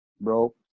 bro